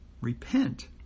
Repent